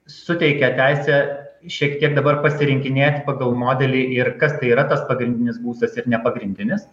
suteikia teisę šiek tiek dabar pasirinkinėt pagal modelį ir kas tai yra tas pagrindinis būstas ir nepagrindinis